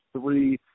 three